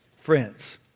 friends